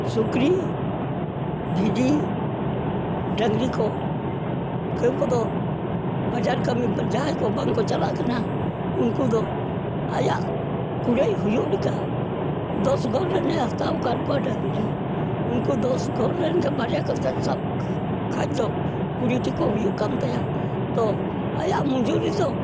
ᱥᱩᱠᱨᱤ ᱵᱷᱤᱰᱤ ᱰᱟᱝᱨᱤ ᱠᱚ ᱠᱚᱫᱚ ᱵᱟᱡᱟᱨ ᱠᱟᱹᱢᱤ ᱡᱟᱦᱟᱭ ᱠᱚ ᱵᱟᱝᱠᱚ ᱪᱟᱞᱟᱜ ᱠᱟᱱᱟ ᱩᱱᱠᱩ ᱫᱚ ᱟᱭᱟᱜ ᱠᱩᱲᱟᱹᱭ ᱦᱩᱭᱩᱜ ᱞᱮᱠᱟ ᱫᱚᱥ ᱜᱷᱚᱨ ᱨᱮᱱᱮ ᱦᱟᱛᱟᱣ ᱠᱟᱫ ᱠᱚᱣᱟ ᱰᱟᱝᱨᱤ ᱩᱝᱠᱩ ᱫᱚᱥ ᱜᱷᱚᱨ ᱨᱮᱱᱜᱮ ᱵᱟᱨᱭᱟ ᱠᱟᱛᱮ ᱥᱟᱵ ᱠᱷᱟᱡ ᱫᱚ ᱠᱩᱲᱤᱴᱤ ᱠᱚ ᱦᱩᱭᱩᱜ ᱠᱟᱱ ᱛᱟᱭᱟ ᱛᱚ ᱟᱭᱟᱜ ᱢᱩᱡᱩᱨᱤ ᱫᱚ